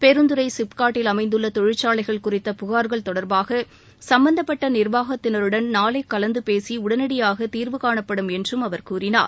பெருந்துறை சிப்காட்டில் அமைந்துள்ள தொழிற்சாலைகள் குறித்த புகார்கள் தொடர்பாக சம்பந்தப்பட்ட நிர்வாகத்தினருடன் நாளை கலந்து பேசி உடனடியாக தீர்வுகாணப்படும் என்றும் அவர் கூறினார்